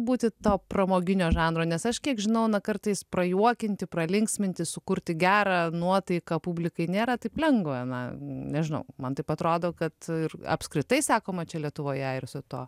būti to pramoginio žanro nes aš kiek žinau na kartais prajuokinti pralinksminti sukurti gerą nuotaiką publikai nėra taip lengva na nežinau man taip atrodo kad ir apskritai sakoma čia lietuvoje ir su tuo